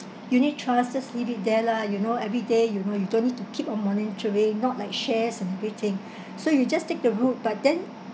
unit trust just leave it there lah you know everyday you know you don't need to keep on monitoring not like shares and everything so you just take the route but then